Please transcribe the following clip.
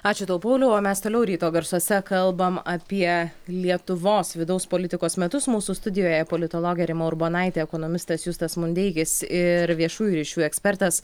ačiū tau pauliau o mes toliau ryto garsuose kalbam apie lietuvos vidaus politikos metus mūsų studijoje politologė rima urbonaitė ekonomistas justas mundeikis ir viešųjų ryšių ekspertas